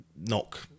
knock